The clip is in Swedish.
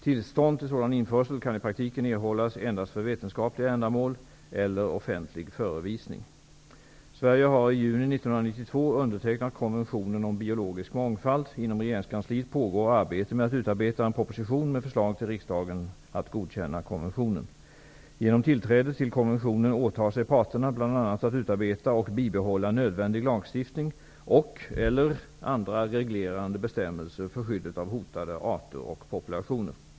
Tillstånd till sådan införsel kan i praktiken erhållas endast för vetenskapliga ändamål eller offentlig förevisning. Sverige har i juni 1992 undertecknat konventionen om biologisk mångfald. Inom regeringskansliet pågår arbete med att utarbeta en proposition med förslag till riksdagen att godkänna konventionen. Genom tillträde till konventionen åtar sig parterna bl.a. att utarbeta och bibehålla nödvändig lagstiftning eller andra reglerande bestämmelser för skyddet av hotade arter och populationer.